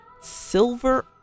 silver